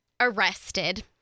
arrested